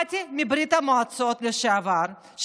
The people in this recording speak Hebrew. באתי מברית המועצות לשעבר,